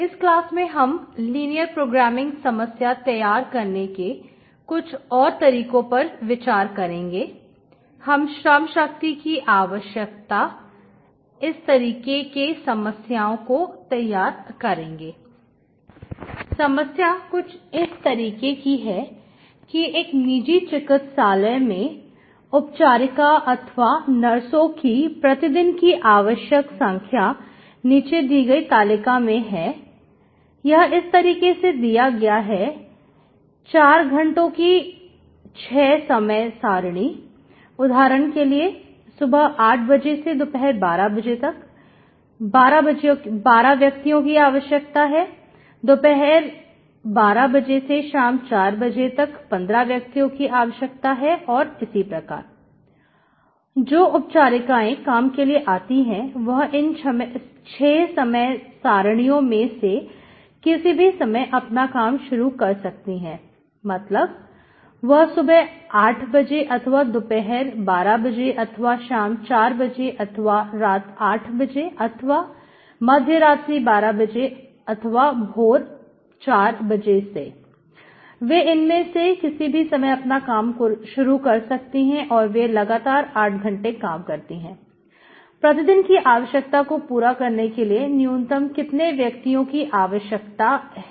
इस क्लास में हम लिनियर प्रोग्रामिंग समस्या तैयार करने के कुछ और तरीकों पर विचार करेंगे हम श्रम शक्ति की आवश्यकता इस तरीके के समस्याओं को तैयार करेंगे समस्या कुछ इस तरीके की हैएक निजी चिकित्सालय में उपचारिका अथवा नर्सों की प्रतिदिन की आवश्यक संख्या नीचे दी गई तालिका में दी गई है यह इस तरीके से दिया गया है चार घंटों की 6 समय सारणी उदाहरण के लिए सुबह 800 बजे से दोपहर के 1200 बजे तक 12 व्यक्तियों की आवश्यकता है दोपहर 1200 से शाम के 400 बजे तक 15 व्यक्तियों की आवश्यकता है और इसी प्रकार जो उपचारिकाएं काम के लिए आती है वह इन छह समय सारणी यों में से किसी भी समय अपना काम शुरू कर सकती हैं मतलब वह सुबह 800 बजे अथवा दोपहर 1200 बजे अथवा शाम 400 बजे अथवा रात 800 बजे अथवा मध्य रात्रि 1200 बजे अथवा भोर 400 बजे से वे इनमें से किसी भी समय अपना काम शुरू कर सकती हैं और वे लगातार 8 घंटे काम करती हैं प्रतिदिन की आवश्यकता को पूरा करने के लिए न्यूनतम कितने व्यक्तियों की आवश्यकता है